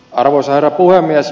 arvoisa herra puhemies